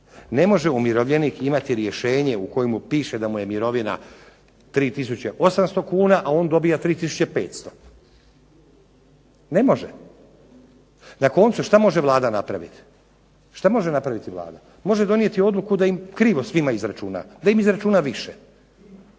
Ne može umirovljenik imati rješenje u kojemu piše da mu je mirovina 3800 kuna, a on dobiva 3500. Ne može. Na koncu šta može Vlada napraviti? Šta može napraviti Vlada? Može donijeti odluku da im krivo svima izračuna, da im izračuna više.